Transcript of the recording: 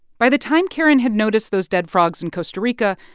by the time karen had noticed those dead frogs in costa rica,